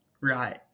Right